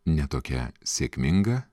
ne tokia sėkminga